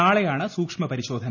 നാളെയാണ് സൂഷ്മപരിശോധന